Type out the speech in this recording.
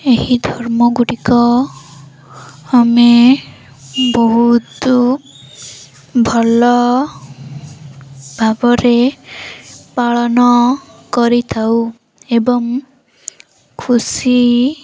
ଏହି ଧର୍ମଗୁଡ଼ିକ ଆମେ ବହୁତ ଭଲ ଭାବରେ ପାଳନ କରିଥାଉ ଏବଂ ଖୁସି